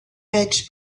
edge